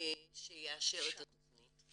שיאשר את התכנית.